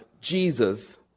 Jesus